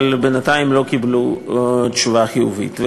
אבל בינתיים לא קיבלו תשובה חיובית.